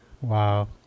wow